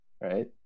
right